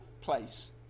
place